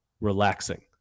relaxing